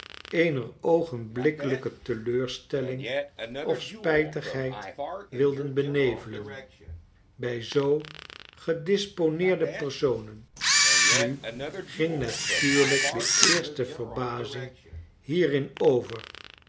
eeneroogenblikkelijke teleurstelling of spijtigheid wilden benevelen bij zoo gedisponeerde personen nu ging natuurlijk de eerste verbazing hierin over